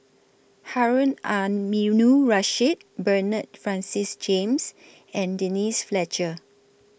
Harun Aminurrashid Bernard Francis James and Denise Fletcher